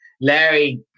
Larry